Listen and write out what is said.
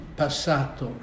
passato